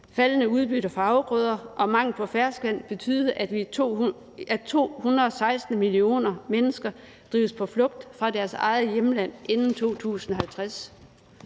faldende udbytte fra afgrøder og mangel på ferskvand betyde, at 216 millioner mennesker drives på flugt fra deres eget hjemland inden 2050.